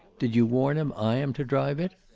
did you warn him i am to drive it?